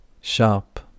Sharp